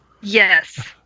Yes